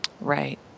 Right